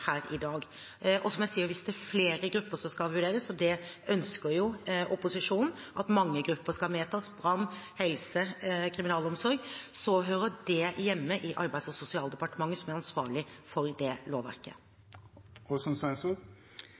her i dag. Som jeg sier, hvis det er flere grupper som skal vurderes, og opposisjonen ønsker jo at mange grupper skal medtas – brann, helse, kriminalomsorg – hører det hjemme i Arbeids- og sosialdepartementet, som er ansvarlig for det lovverket.